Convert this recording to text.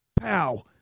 Pow